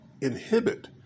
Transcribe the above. inhibit